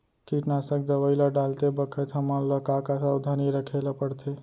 कीटनाशक दवई ल डालते बखत हमन ल का का सावधानी रखें ल पड़थे?